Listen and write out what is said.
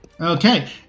Okay